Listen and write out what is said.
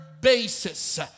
basis